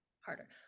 harder